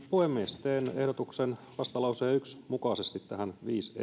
puhemies teen ehdotuksen vastalauseen yksi mukaisesti tähän